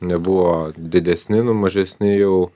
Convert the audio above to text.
nebuvo didesni nu mažesni jau